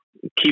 keep